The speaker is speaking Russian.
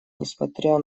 несмотря